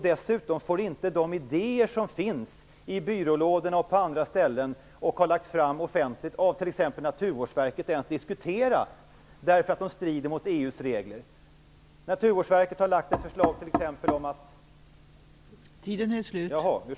Dessutom får de idéer som finns i byrålådor och på andra ställen, som har lagts fram offentligt, t.ex. av Naturvårdsverket, inte ens diskuteras, därför att de strider mot EU:s regler.